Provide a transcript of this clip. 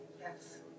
Yes